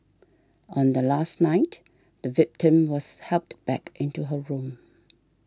on the last night the victim was helped back into her room